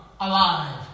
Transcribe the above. alive